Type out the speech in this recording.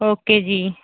okay ਜੀ